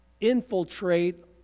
infiltrate